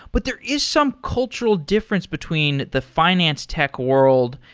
but there is some cultural difference between the finance tech world,